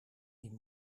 die